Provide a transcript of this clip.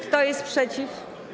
Kto jest przeciw?